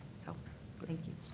so thank you.